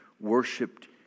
worshipped